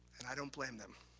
and i don't blame them.